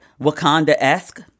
Wakanda-esque